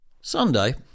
Sunday